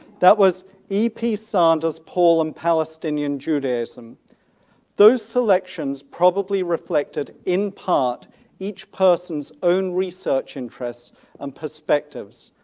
that was e p. sanders paul and palestinian judaism those selections probably reflected in part each person's own research interests and perspectives.